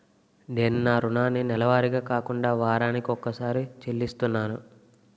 నేను నా రుణాన్ని నెలవారీగా కాకుండా వారాని కొక్కసారి చెల్లిస్తున్నాను